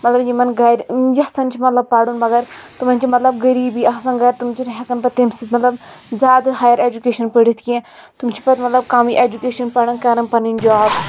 مَطلَب یِمَن گَرِ یَژھان چھ پَرُن مَگَر تِمَن چھ مَطلَب غریٖبی آسان گَرِ تِم چھنہٕ ہؠکان پَتہٕ تمہِ سٟتۍ مَطلَب زِیادٕ ہایَر اؠجُکیشَن پٔرِتھ کینٛہہ تِم چھ پَتہٕ مَطلَب کَمٕے اؠجُکیشَن پَران کَران پَنٕنۍ جاب